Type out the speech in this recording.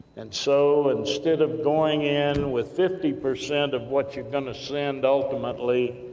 and so, instead of going in with fifty percent of what you're going to send ultimately,